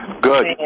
Good